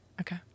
okay